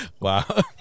Wow